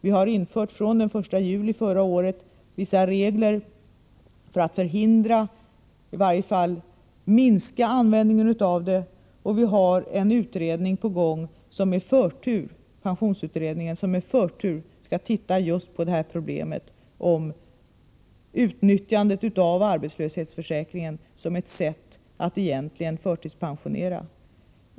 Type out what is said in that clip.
Vi har från den 1 juli förra året infört vissa regler för att förhindra eller i varje fall minska användningen av detta tillvägagångssätt, och vi har en utredning på gång — pensionsutredningen — som med förtur skall titta just på problemen med utnyttjandet av arbetslöshetsförsäkringen som ett sätt att egentligen förtidspensionera.